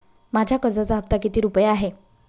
माझ्या कर्जाचा हफ्ता किती रुपये आहे?